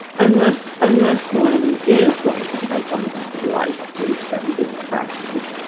unless unless one is going to devote one's life to tibetan buddhist practices,